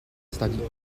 studied